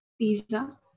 Pizza